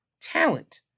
talent